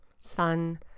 sun